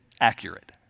accurate